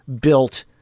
built